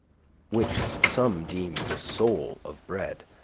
which some deem the soul of bread,